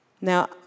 Now